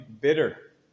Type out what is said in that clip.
bitter